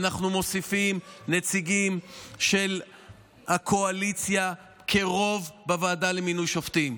ואנחנו מוסיפים נציגים של הקואליציה כרוב בוועדה למינוי שופטים.